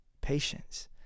patience